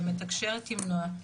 ומתקשרת עם נועה.